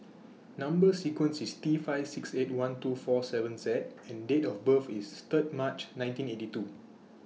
Number sequence IS T five six eight one two four seven Z and Date of birth IS Third March nineteen eighty two